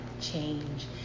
change